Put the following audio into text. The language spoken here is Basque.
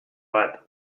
bat